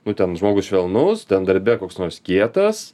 nu ten žmogus švelnus ten darbe koks nors kietas